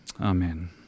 Amen